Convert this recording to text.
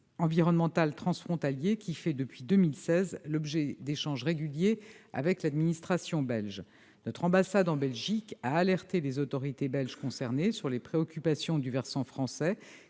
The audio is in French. environnemental transfrontalier qui fait, depuis 2016, l'objet d'échanges réguliers avec l'administration belge. Notre ambassade en Belgique a alerté les autorités belges concernées sur les préoccupations du versant français,